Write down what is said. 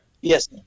Yes